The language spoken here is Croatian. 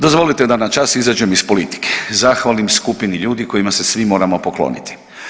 Dozvolite da na čas izađem iz politike, zahvalim skupini ljudi kojima se svi moramo pokloniti.